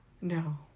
no